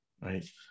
Right